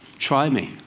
try me.